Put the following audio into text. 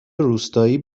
روستایی